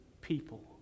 people